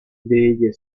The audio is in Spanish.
della